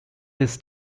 this